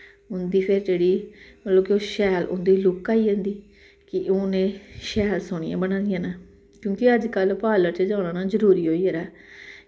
उं'दी फिर जेह्ड़ी मतलब कि शैल उं'दी लुक्क आई जंदी कि हून एह् शैल सोह्नियां बना दियां न क्योंकि अज्जकल पार्लर च जाना ना जरूरी होई गेदा ऐ